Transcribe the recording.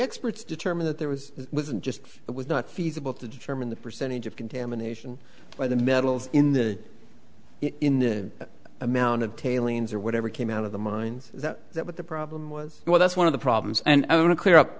experts determine that there was just it was not feasible to determine the percentage of contamination by the metals in the in the amount of tailings or whatever came out of the mines that what the problem was well that's one of the problems and i want to clear up